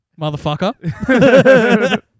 motherfucker